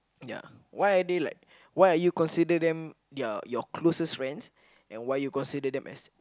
ya why are they like why are you consider them your your closest friends and why you consider them as